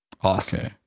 Awesome